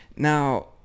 Now